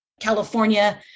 California